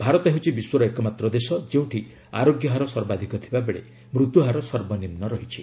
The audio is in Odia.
ଭାରତ ହେଉଛି ବିଶ୍ୱର ଏକମାତ୍ର ଦେଶ ଯେଉଁଠି ଆରୋଗ୍ୟ ହାର ସର୍ବାଧିକ ଥିବାବେଳେ ମୃତ୍ୟୁହାର ସର୍ବନିମ୍ନ ରହିଛି